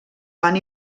van